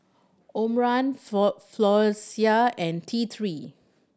Omron Floxia and T Three